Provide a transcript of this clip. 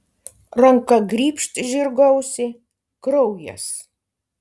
ranka grybšt žirgo ausį kraujas